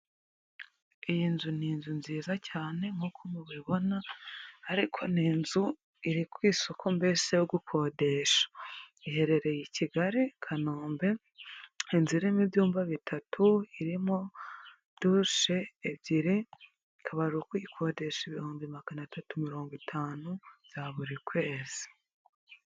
Iyi nzu ni inzu nziza cyane nk'uko mubibona, ariko ni inzu iri ku isoko mbese yo gukodesha. Iherereye i Kigali Kanombe. Inzu irimo ibyumba bitatu, irimo dushe ebyiri ikaba ari ukuyikodesha ibihumbi magana atatu mirongo itanu bya buri kwezi.